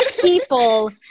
people